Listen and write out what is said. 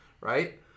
right